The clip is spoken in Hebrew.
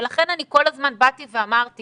ולכן, אני כל הזמן באתי ואמרתי